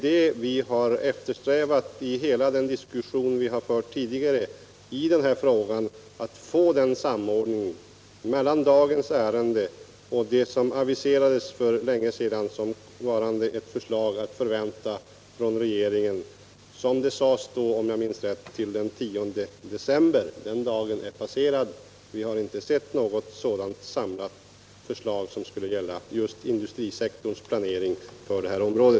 Vad vi eftersträvat i hela den diskussion vi tidigare fört i denna fråga är en samordning mellan dagens ärende och det förslag som för länge sedan aviserades — det sades då, om jag minns rätt, att det var att förvänta till den 10 december. Den dagen är passerad, och vi har inte sett något sådant samlat förslag som skulle gälla industrisektorns planering för detta område.